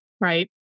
Right